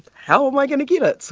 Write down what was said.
how am i going to get it? so